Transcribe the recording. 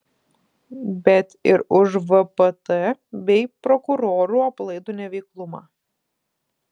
bet ir už vpt bei prokurorų aplaidų neveiklumą